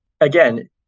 again